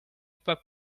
pas